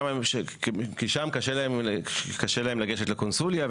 כי שם קשה להם לגשת לקונסוליה,